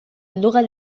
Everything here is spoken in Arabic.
اللغة